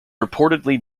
reportedly